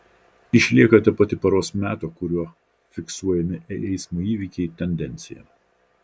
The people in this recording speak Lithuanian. išlieka ta pati paros meto kuriuo fiksuojami eismo įvykiai tendencija